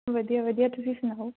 ਵਧੀਆ ਵਧੀਆ ਤੁਸੀਂ ਸੁਣਾਓ